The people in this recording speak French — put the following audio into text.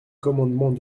commandements